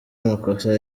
amakosa